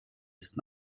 ist